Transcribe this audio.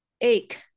ache